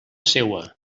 seua